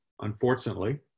unfortunately